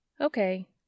Okay